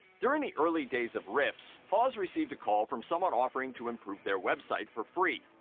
during the early days of rips, hawes received a call from someone offering to improve their website for free.